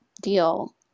deal